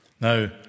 now